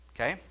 Okay